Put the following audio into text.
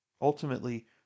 ultimately